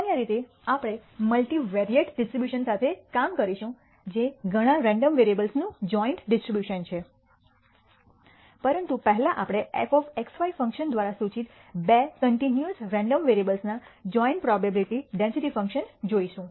સામાન્ય રીતે આપણે મલ્ટિવેરિયેટ ડિસ્ટ્રિબ્યુશન સાથે કામ કરીશું જે ઘણા રેન્ડમ વેરિયેબલ્સનું જોઈન્ટ ડિસ્ટ્રીબ્યુશન છે પરંતુ પહેલા આપણે fxy ફંક્શન દ્વારા સૂચિત બે કન્ટિન્યૂઅસ રેન્ડમ વેરીએબલ્સના જોઈન્ટ પ્રોબેબીલીટી ડેન્સિટી ફંક્શન જોશું